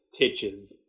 titches